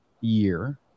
year